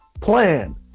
plan